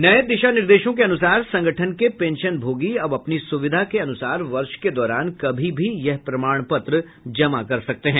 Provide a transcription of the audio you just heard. नए दिशानिर्देशों के अनुसार संगठन के पेंशनभोगी अब अपनी सुविधा के अनुसार वर्ष के दौरान कभी भी यह प्रमाणपत्र जमा कर सकते हैं